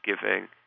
giving